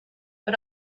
but